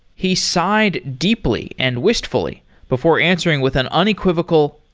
he sighed deeply and wistfully before answering with an unequivocal,